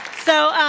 so